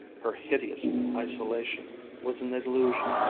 her hideous isolation was an illusion.